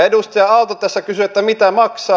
edustaja aalto tässä kysyi että mitä maksaa